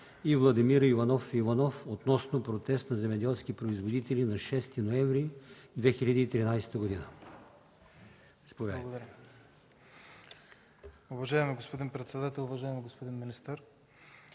и Владимир Иванов Иванов относно протест на земеделски производители на 6 ноември 2013 г. Заповядайте.